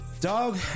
Dog